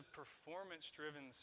performance-driven